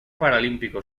paralímpico